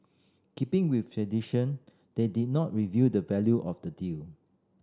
keeping with tradition they did not reveal the value of the deal